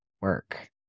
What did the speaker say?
work